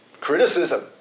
criticism